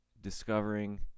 discovering